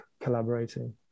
collaborating